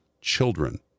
children